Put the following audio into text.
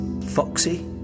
foxy